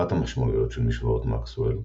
אחת המשמעויות של משוואות מקסוול,